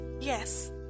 yes